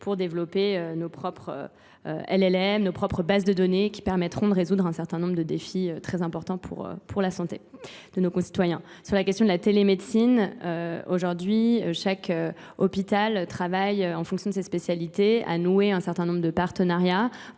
pour développer nos propres LLAM, nos propres bases de données qui permettront de résoudre un certain nombre de défis très importants pour la santé de nos concitoyens. Sur la question de la télémédecine, aujourd'hui, chaque hôpital travaille en fonction de ses spécialités à nouer un certain nombre de partenariats